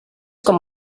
com